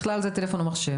בכלל זה טלפון או מחשב,